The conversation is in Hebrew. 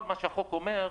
כל מה שהחוק אומר,